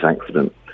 accident